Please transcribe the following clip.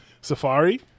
Safari